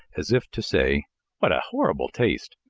as if to say what a horrid taste!